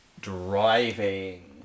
driving